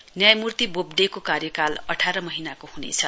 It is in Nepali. न्यायमूर्ति बोब को कार्यकाल अठार महीनाको ह्नेछ